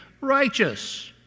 righteous